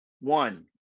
one